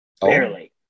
barely